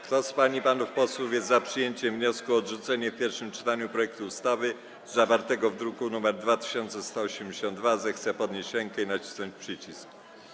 Kto z pań i panów posłów jest za przyjęciem wniosku o odrzucenie w pierwszym czytaniu projektu ustawy zawartego w druku nr 2182, zechce podnieść rękę i nacisnąć przycisk.